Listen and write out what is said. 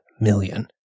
million